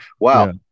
Wow